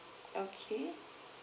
okay